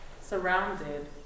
surrounded